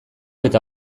eta